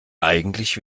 eigentlich